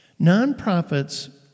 Nonprofits